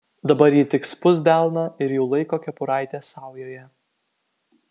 dabar ji tik spust delną ir jau laiko kepuraitę saujoje